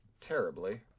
terribly